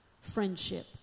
friendship